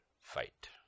fight